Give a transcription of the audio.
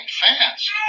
fast